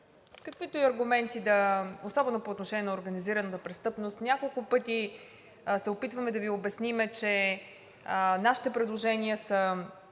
Каквито и аргументи да имате, особено по отношение на организираната престъпност, няколко пъти се опитваме да Ви обясним, че нашите предложения,